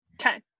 Okay